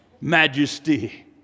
Majesty